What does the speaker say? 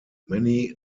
many